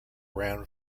ran